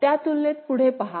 त्या तुलनेत पुढे पहा